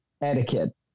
etiquette